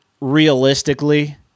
realistically